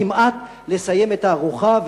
כמעט לסיים את הארוחה.